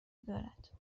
دارد